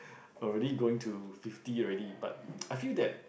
already going to fifty already but I feel that